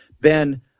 Ben